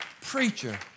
preacher